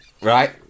Right